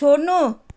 छोड्नु